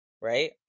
right